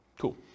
Cool